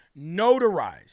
notarized